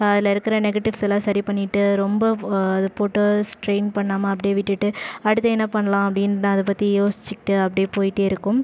அதில் இருக்கிற நெகட்டிவ்ஸ் எல்லாம் சரி பண்ணிவிட்டு ரொம்ப அதை போட்டு ஸ்ட்ரெயின் பண்ணாமல் அப்படியே விட்டுவிட்டு அடுத்து என்ன பண்ணலாம் அப்படின்னு அதைப்பத்தி யோசிச்சிக்கிட்டு அப்படியே போய்ட்டே இருக்கும்